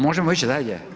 Možemo ić dalje?